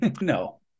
no